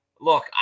Look